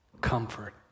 comfort